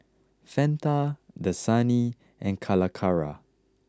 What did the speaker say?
Fanta Dasani and Calacara